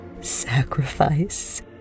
sacrifice